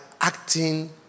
acting